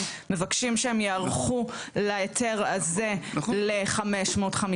מבקשים שהם ייערכו להיתר הזה ל-550,